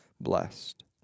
blessed